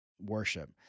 worship